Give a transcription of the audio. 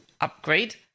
upgrade